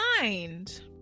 mind